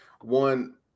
one